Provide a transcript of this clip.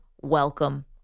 Welcome